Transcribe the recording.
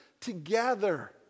together